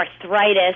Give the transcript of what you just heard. arthritis